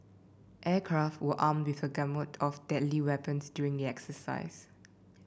aircraft were armed with a gamut of deadly weapons during the exercise